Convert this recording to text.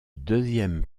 deuxième